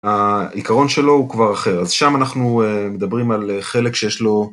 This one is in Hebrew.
העיקרון שלו הוא כבר אחר, אז שם אנחנו מדברים על חלק שיש לו.